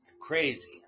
crazy